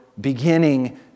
beginning